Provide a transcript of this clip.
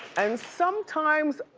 and sometimes,